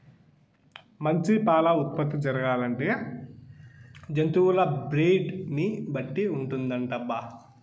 మంచి పాల ఉత్పత్తి జరగాలంటే జంతువుల బ్రీడ్ ని బట్టి ఉంటుందటబ్బా